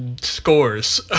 Scores